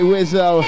Wizzo